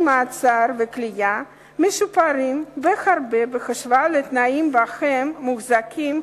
מעצר וכליאה משופרים בהרבה בהשוואה לתנאים שבהם מוחזקים